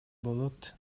болот